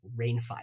Rainfire